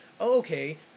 okay